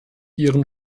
ihren